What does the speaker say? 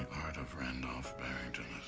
art of randolph barrington